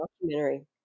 documentary